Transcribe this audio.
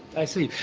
i see.